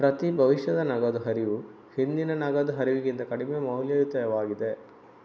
ಪ್ರತಿ ಭವಿಷ್ಯದ ನಗದು ಹರಿವು ಹಿಂದಿನ ನಗದು ಹರಿವಿಗಿಂತ ಕಡಿಮೆ ಮೌಲ್ಯಯುತವಾಗಿದೆ